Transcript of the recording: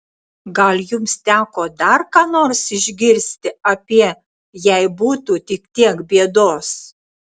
gal jums teko dar ką nors išgirsti apie jei būtų tik tiek bėdos